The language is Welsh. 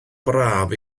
braf